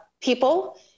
people